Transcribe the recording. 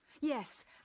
Yes